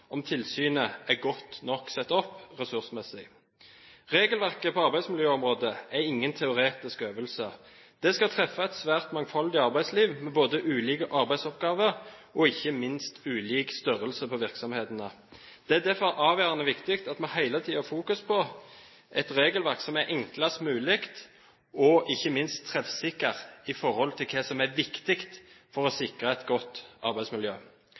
om tilsynet er godt nok satt opp ressursmessig. Regelverket på arbeidsmiljøområdet er ingen teoretisk øvelse. Det skal treffe et svært mangfoldig arbeidsliv, med ulike arbeidsoppgaver og ikke minst ulik størrelse på virksomhetene. Det er derfor avgjørende viktig at vi hele tiden fokuserer på et regelverk som er enklest mulig og ikke minst treffsikkert med tanke på hva som er viktig for å sikre et godt arbeidsmiljø.